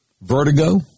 vertigo